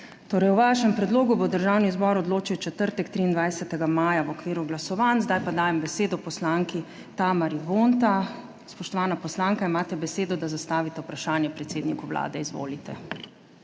Torej, o vašem predlogu bo Državni zbor odločil v četrtek, 23. maja, v okviru glasovanj. Zdaj pa dajem besedo poslanki Tamari Vonta. Spoštovana poslanka, imate besedo, da zastavite vprašanje predsedniku Vlade, izvolite.